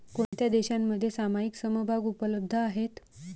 कोणत्या देशांमध्ये सामायिक समभाग उपलब्ध आहेत?